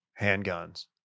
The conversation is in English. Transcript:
handguns